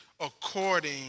according